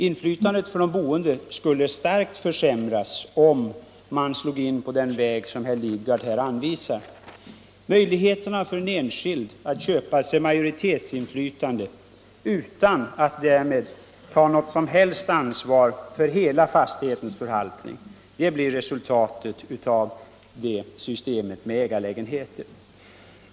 Inflytandet från de boende skulle starkt försämras, om man slog in på den väg som herr Lidgard här anvisar. Möjligheter för en enskild att köpa sig majoritetsinflytande utan att därmed ta något som helst ansvar för hela fastighetens förvaltning, det blir resultatet av systemet med ägarlägenheter.